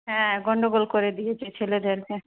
হ্যাঁ গন্ডগোল করে দিয়েছে ছেলেদেরকে